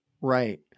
Right